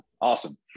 awesome